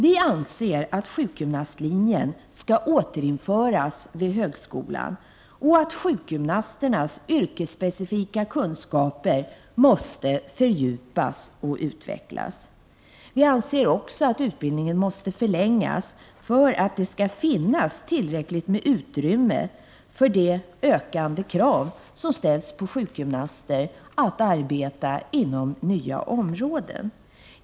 Vi anser att sjukgymnastlinjen bör återinföras vid högskolan och att sjukgymnasternas yrkesspecifika kunskaper måste fördjupas och utvecklas. Vi anser också att utbildningen måste förlängas för att det skall finnas tillräckligt med utrymme för de ökade krav som ställs på sjukgymnaster att arbeta inom nya områden.